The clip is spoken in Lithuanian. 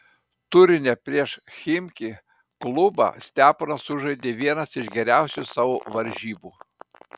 turine prieš chimki klubą steponas sužaidė vienas iš geriausių savo varžybų